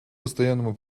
постоянному